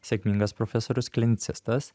sėkmingas profesorius klinicistas